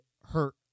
hurt